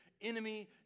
enemy